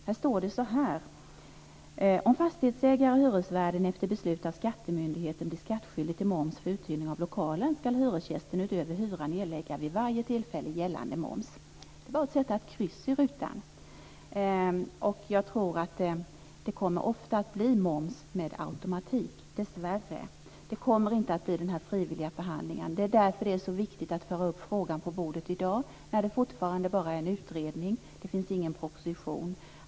Där står det så här: Om fastighetsägaren och hyresvärden efter beslut av skattemyndigheten blir skattskyldig till moms för uthyrning av lokalen ska hyresgästen utöver hyran erlägga vid varje tillfälle gällande moms. Det är bara att sätta ett kryss i rutan. Jag tror att det dessvärre ofta kommer att bli moms med automatik. Det kommer inte att bli någon frivillig förhandling. Det är därför det är så viktigt att föra upp frågan på bordet i dag, när det fortfarande bara är en utredning. Det finns ingen proposition.